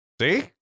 See